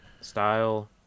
style